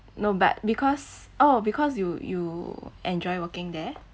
no but because oh because you you enjoy working there